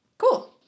Cool